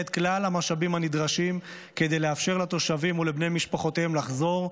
את כלל המשאבים הנדרשים כדי לאפשר לתושבים ולבני משפחותיהם לחזור,